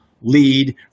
lead